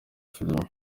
filimi